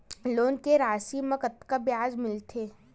Loan के राशि मा कतका ब्याज मिलथे?